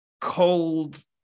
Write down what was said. cold